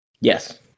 Yes